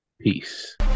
Peace